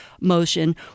motion